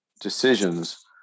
decisions